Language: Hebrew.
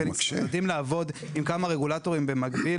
הם כבר יודעים לעבוד עם כמה רגולטורים במקביל